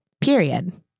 period